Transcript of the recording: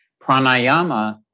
Pranayama